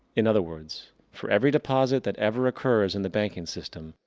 in other words, for every deposit that ever occurs in the banking system,